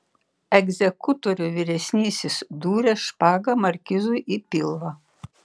egzekutorių vyresnysis dūrė špaga markizui į pilvą